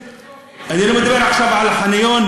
אני לא מדבר עכשיו על החניון,